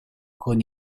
con